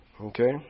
okay